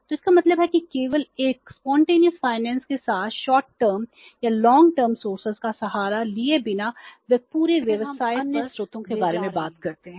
तो इसका मतलब है कि केवल एक सहज वित्त के साथ अल्पकालिक का सहारा लिए बिना वे पूरे व्यवसाय पर ले जा रहे हैं